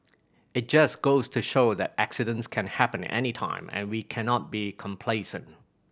it just goes to show that accidents can happen anytime and we cannot be complacent